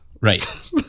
Right